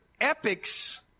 epics